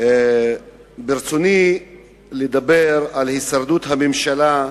ברצוני לדבר על הישרדות הממשלה,